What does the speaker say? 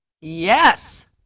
Yes